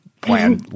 plan